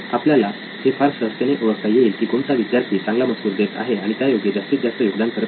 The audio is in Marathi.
आपल्याला हे फार सहजतेने ओळखता येईल की कोणता विद्यार्थी चांगला मजकूर देत आहे आणि त्यायोगे जास्तीत जास्त योगदान करत आहे